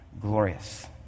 glorious